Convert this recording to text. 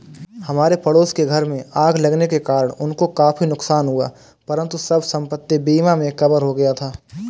हमारे पड़ोस के घर में आग लगने के कारण उनको काफी नुकसान हुआ परंतु सब संपत्ति बीमा में कवर हो गया था